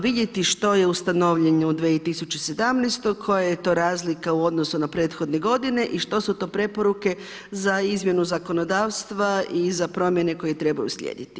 Vidjeti što je ustanovljeno u 2017., koja je to razlika u odnosu na prethodne godine i što su to preporuke za izmjenu zakonodavstva i za promjene koje trebaju slijediti.